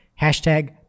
Hashtag